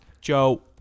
Joe